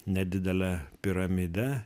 nedidelė piramidė